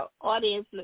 audience